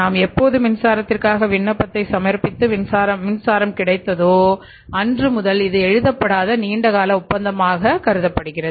நாம் எப்போது மின்சாரத்திற்காக விண்ணப்பத்தை சமர்ப்பித்து மின்சாரம் கிடைத்தது முதல் இது எழுதப்படாதநீண்ட கால ஒப்பந்தமாக கருதப்படுகிறது